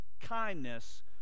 kindness